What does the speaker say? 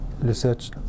research